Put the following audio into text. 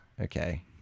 Okay